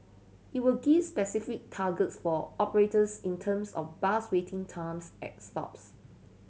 it will give specific targets for operators in terms of bus waiting times at stops